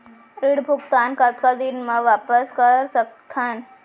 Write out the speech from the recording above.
ऋण भुगतान कतका दिन म वापस कर सकथन?